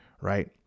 Right